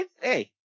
Hey